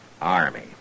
army